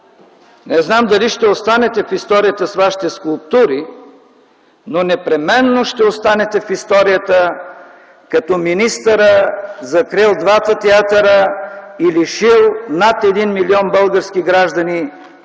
Не знам дали ще останете в историята с Вашите скулптури, но непременно ще останете в историята като министърът, закрил двата театъра и лишил над 1 милион български граждани